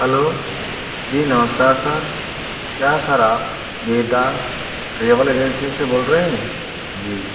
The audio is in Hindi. हलौ जी नमस्कार सर क्या सर आप बेदांस ट्रेवल एजेंसी से बोल रहे हैं जी